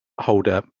holder